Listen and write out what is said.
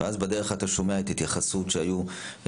ואז בדרך אתה שומע את ההתייחסות של היחידה